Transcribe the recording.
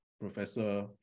professor